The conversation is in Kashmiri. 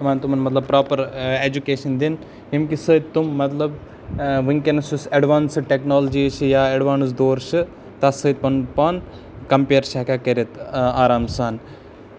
یِوان تِمَن مطلب پرٛوپَر اٮ۪جکیشَن دِنہٕ ییٚمکہ سۭتۍ تِم مطلب وٕنکٮ۪نَس یُس اٮ۪ڈوانسٕڈ ٹیکنالوجی چھِ یا اٮ۪ڈوانس دور چھِ تَس سٕتۍ پَنُن پان کَمپیر چھِ ہٮ۪کان کٔرِتھ آرام سان